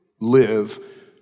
live